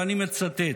ואני מצטט: